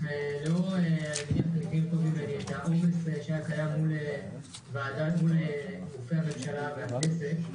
אתם מודעים לעומס שהיה קיים מול גופי הממשלה והכנסת.